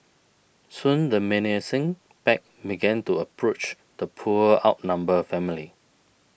soon the menacing pack began to approach the poor outnumbered family